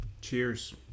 Cheers